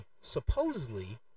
supposedly